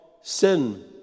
sin